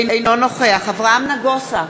אינו נוכח אברהם נגוסה,